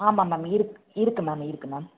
ஆமாம் மேம் இருக்கு இருக்கு மேம் இருக்கு மேம்